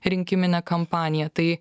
rinkiminę kampaniją tai